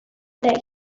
that